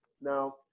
Now